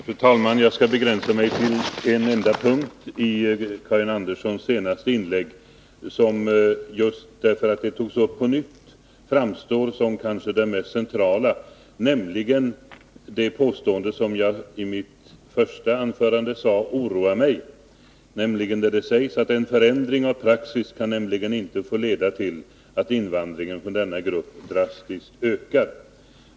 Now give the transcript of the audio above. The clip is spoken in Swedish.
Fru talman! Jag skall begränsa mig till en enda punkt i Karin Anderssons senaste inlägg, vilken just därför att den togs upp på nytt framstår som den kanske mest centrala. Det gäller det påstående som jag i mitt första anförande sade oroade mig, nämligen det som går ut på att en förändring av praxis inte kan få leda till att invandringen från den aktuella gruppen drastiskt ökar.